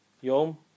Yom